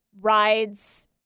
rides